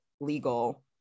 legal